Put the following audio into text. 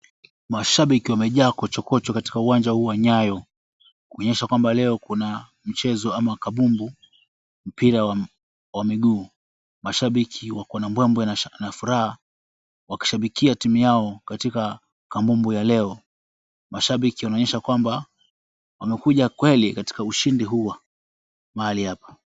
Mashabiki wamejaa kochokocho katika uwanja huu wa Nyayo, kuonyesha kwamba leo kuna mchezo ama kabumbu, mpira wa miguu. Mashabiki wako na mbwembwe na furaha wakishabikia timu yao katika kambumbu ya leo. Mashabiki wanaonyesha kwamba wamekuja kweli katika ushindi huu wa mahali hapa.